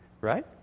Right